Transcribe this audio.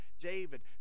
David